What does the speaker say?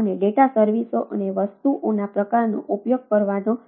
અને ડેટા સર્વિસો અને વસ્તુઓના પ્રકારનો ઉપયોગ કરવાનો છે